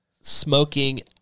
smoking